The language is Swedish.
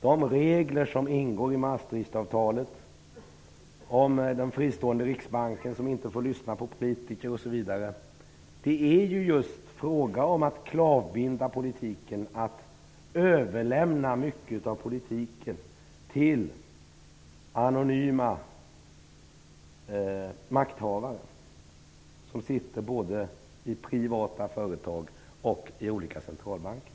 De regler som ingår i Maastrichtavtalet om den fristående riksbanken som inte får lyssna på politiker osv. är ju just fråga om att kravbinda politiken och att överlämna mycket av politiken till anonyma makthavare som sitter både i privata företag och i olika centralbanker.